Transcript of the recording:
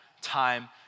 time